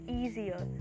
easier